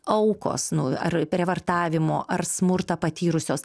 aukos nu ar prievartavimo ar smurtą patyrusios